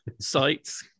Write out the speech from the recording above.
Sites